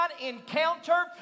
encounter